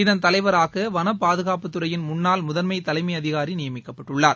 இதன் தலைவராக வன பாதுகாப்புத்துறையின் முன்னாள் முதன்மைதலைமைஅதிகாரிநியமிக்கப்பட்டுள்ளார்